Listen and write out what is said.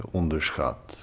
onderschat